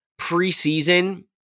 preseason